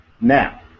Now